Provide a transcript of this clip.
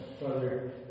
Father